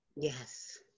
Yes